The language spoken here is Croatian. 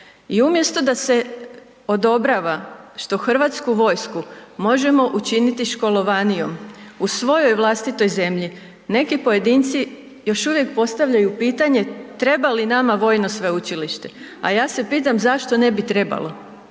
I umjesto da se odobrava što Hrvatsku vojsku možemo učiniti školovanijom u svojoj vlastitoj zemlji neki pojedinci još uvijek postavljaju pitanje treba li nama vojno sveučilište, a ja se pitam zašto ne bi trebalo.